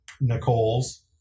Nicole's